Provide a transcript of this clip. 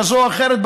כזו או אחרת,